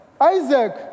Isaac